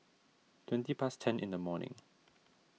twenty past ten in the morning